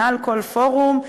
בכל פורום,